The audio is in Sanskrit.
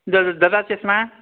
दद् ददाति स्म